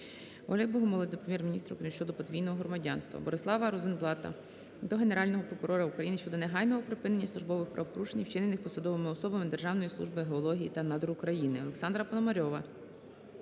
Ольги Богомолець до Прем'єр-міністра України щодо подвійного громадянства. Борислава Розенблата до Генерального прокурора України щодо негайного припинення службових правопорушень, вчинених посадовими особами Державної служби геології та надр України. Олександра Пономарьова